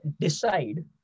decide